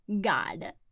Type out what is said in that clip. god